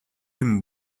him